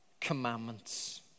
commandments